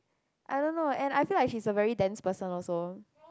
I don't know and I feel like she is a very tense person also